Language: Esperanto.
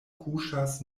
kuŝas